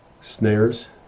snares